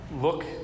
look